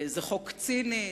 זה חוק ציני.